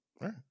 Right